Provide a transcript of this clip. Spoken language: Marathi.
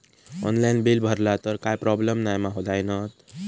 ऑनलाइन बिल भरला तर काय प्रोब्लेम नाय मा जाईनत?